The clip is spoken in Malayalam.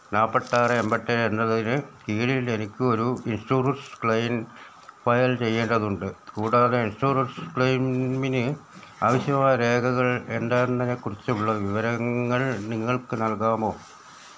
നാൽപ്പത്താറ് എമ്പത്തേഴ് എന്നതിന് കീഴിൽ എനിക്കൊരൂ ഇൻഷൂറൻസ് ക്ലേയ്ൻ ഫയൽ ചെയ്യേണ്ടതുണ്ട് കൂടാതെ ഇൻഷുറൻസ് ക്ലേയ്മിന് ആവശ്യമായ രേഖകൾ എന്താണെന്നതിനെക്കുറിച്ചുള്ള വിവരങ്ങൾ നിങ്ങൾക്ക് നൽകാമോ